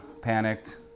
panicked